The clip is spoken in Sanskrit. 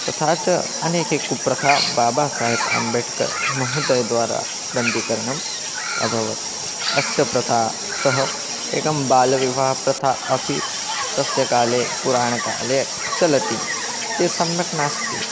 तथा च अनेके कुप्रथाः बाबासाहेब् आम्बेट्कर् महोदयद्वारा बन्धीकरणम् अभवत् अस्य प्रथा सह एका बालविवाहप्रथा अपि तस्य काले पुराणकाले चलति ते सम्यक् नास्ति